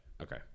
Okay